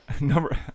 number